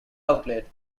outlet